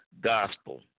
Gospel